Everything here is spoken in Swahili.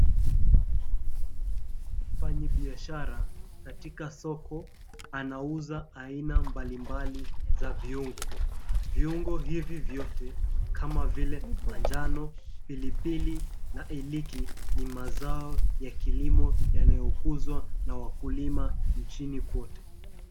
Mfanyibiashara katika soko anauza aina mbalimbali za viungo. Viungo hivi vyote kama vile manjano, pilipili na iliki ni mazao ya kilimo yanayokuzwa na wakulima nchini kwote.